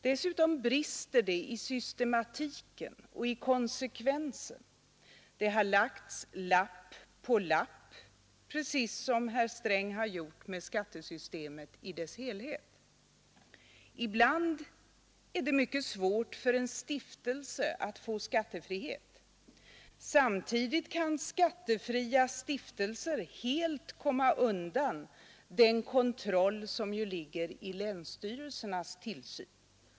Dessutom brister det i systematiken och i konsekvensen. Det har lagts lapp på lapp, precis som herr Sträng har gjort med skattesystemet i dess helhet. Ibland är det mycket svårt för en stiftelse att få skattefrihet. Samtidigt kan skattefria stiftelser helt komma undan den kontroll som ligger i länsstyrelsernas tillsyn.